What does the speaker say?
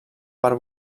per